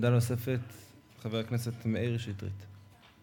עמדה נוספת, חבר הכנסת מאיר שטרית.